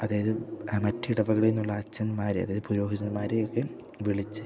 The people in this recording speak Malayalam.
അതായത് മറ്റിടവകളിൽ നിന്നുള്ള അച്ഛന്മാർ അതായത് പുരോഹിതൻമാരെയൊക്കെ വിളിച്ച് വിളിച്ച്